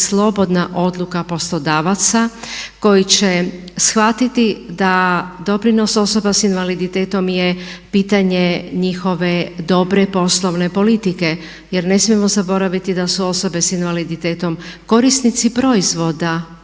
slobodna odluka poslodavaca koji će shvatiti da doprinos osoba s invaliditetom je pitanje njihove dobre poslovne politike. Jer ne smijemo zaboraviti da su osobe s invaliditetom korisnici proizvoda